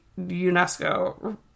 unesco